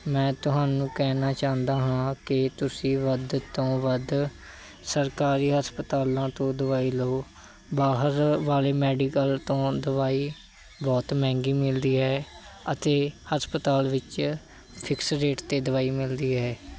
ਮੈਂ ਤੁਹਾਨੂੰ ਕਹਿਣਾ ਚਾਹੁੰਦਾ ਹਾਂ ਕਿ ਤੁਸੀਂ ਵੱਧ ਤੋਂ ਵੱਧ ਸਰਕਾਰੀ ਹਸਪਤਾਲਾਂ ਤੋਂ ਦਵਾਈ ਲਵੋ ਬਾਹਰ ਵਾਲੇ ਮੈਡੀਕਲ ਤੋਂ ਦਵਾਈ ਬਹੁਤ ਮਹਿੰਗੀ ਮਿਲਦੀ ਹੈ ਅਤੇ ਹਸਪਤਾਲ ਵਿੱਚ ਫਿਕਸ ਰੇਟ 'ਤੇ ਦਵਾਈ ਮਿਲਦੀ ਹੈ